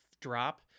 drop